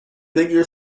figure